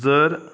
जर